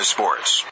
Sports